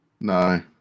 No